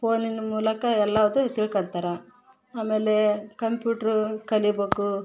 ಫೋನಿನ ಮೂಲಕ ಎಲ್ಲದು ತಿಳ್ಕೊಂತಾರ ಆಮೇಲೆ ಕಂಪ್ಯೂಟ್ರು ಕಲಿಬೇಕು